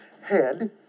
head